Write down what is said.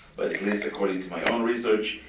but at least according to my own research,